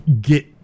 get